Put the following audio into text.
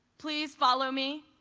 please follow me,